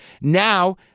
now